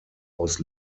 aus